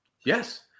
Yes